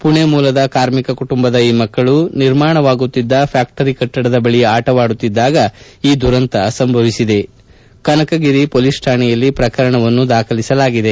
ಪುಣೆ ಮೂಲದ ಕಾರ್ಮಿಕ ಕುಟುಂಬದ ಈ ಮಕ್ಕಳು ನಿರ್ಮಾಣವಾಗುತ್ತಿದ್ದ ಪ್ರಾಕ್ಷರಿ ಕಟ್ಟಡದ ಬಳಿ ಆಡುತ್ತಿದ್ದಾಗ ಈ ದುರಂತ ಸಂಭವಿಸಿದ್ದು ಕನಕಗಿರಿ ಪೊಲೀಸ್ ಠಾಣೆಯಲ್ಲಿ ಪ್ರಕರಣವನ್ನು ದಾಖಲಿಸಲಾಗಿದೆ